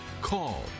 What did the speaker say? Call